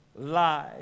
life